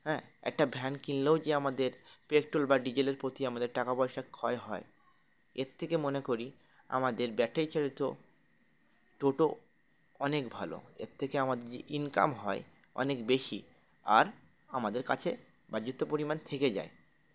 হ্যাঁ একটা ভ্যান কিনলেও যে আমাদের পেট্রোল বা ডিজেলের প্রতি আমাদের টাকা পয়সা ক্ষয় হয় এর থেকে মনে করি আমাদের ব্যাটারি চালিত টোটো অনেক ভালো এর থেকে আমাদের যে ইনকাম হয় অনেক বেশি আর আমাদের কাছে বাজ্যত্য পরিমাণ থেকে যায়